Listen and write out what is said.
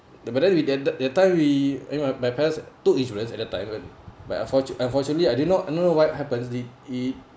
but then we then that time we I mean my my parents took insurance at that time but but unfortune~ unfortunately I did not know what happens the err